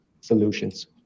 solutions